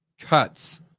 cuts